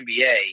NBA